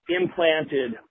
implanted